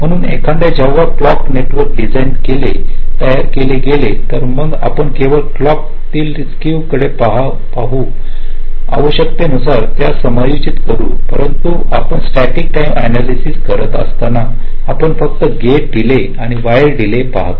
म्हणून एकदा जेव्हा क्लॉक नेटवर्क डिझाईन केले तयार केले गेले तर मग आपण केवळ क्लॉक तील स्केव ज कडे पाहू आणि आवश्यकते नुसार त्यास समायोजित करू परंतु आपण स्टॅटिक टाईम अनालयसिस करत असताना आपण फक्त गेट डीले आणि वायर डीले पाहतो